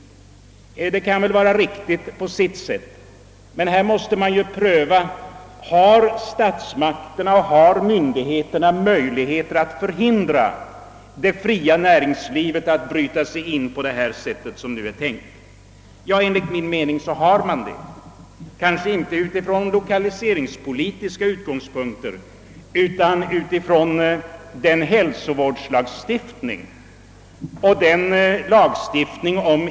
Det kan väl vara riktigt på sitt sätt. Men frågan är om statsmakterna eller andra myndigheter har möjligheter att hindra det fria näringslivet att breda ut sig på det sätt som nu är tänkt. Enligt min uppfattning har man detta, kanske inte inom lokaliseringspolitikens ram men väl inom ramen för vår hälsovårdslagstiftning och immissionslagstiftning.